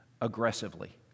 aggressively